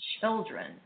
children